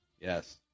Yes